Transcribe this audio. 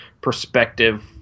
perspective